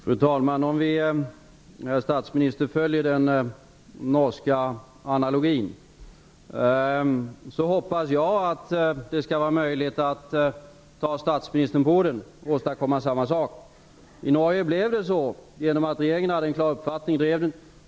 Fru talman! Om vi, herr statsminister, följer den norska analogin hoppas jag att det skall vara möjligt att ta statsministern på orden och att han skall kunna åstadkomma samma sak. I Norge blev det så genom att regeringen hade en klar uppfattning och drev den.